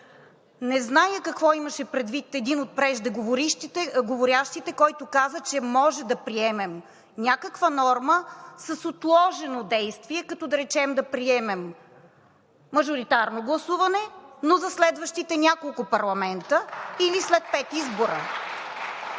Не зная какво имаше предвид един от преждеговорившите, който каза, че можем да приемем някаква норма с отложено действие, като, да речем, да приемем мажоритарно гласуване, но за следващите няколко парламента или след пет избора.